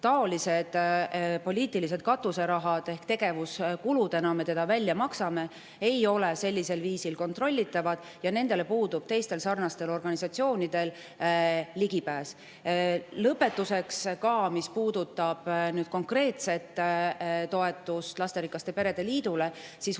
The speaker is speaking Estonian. läbipaistev. Poliitilised katuserahad – tegevuskuludena me neid välja maksame – ei ole sellisel viisil kontrollitavad ja nendele puudub teistel sarnastel organisatsioonidel ligipääs. Lõpetuseks, mis puudutab nüüd konkreetset toetust Lasterikaste Perede Liidule, siis